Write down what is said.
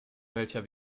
welcher